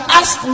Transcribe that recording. ask